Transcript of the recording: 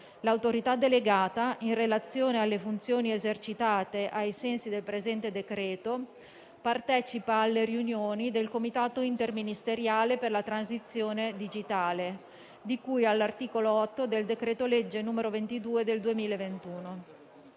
L'Autorità delegata, in relazione alle funzioni esercitate, ai sensi del presente decreto-legge, partecipa alle riunioni del Comitato interministeriale per la transizione digitale, di cui all'articolo 8 del decreto-legge n. 22 del 2021.